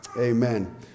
amen